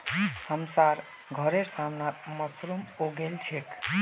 हमसार घरेर सामने मशरूम उगील छेक